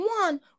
one